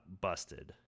busted